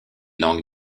langues